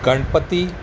Ganpati